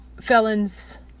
felons